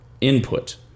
input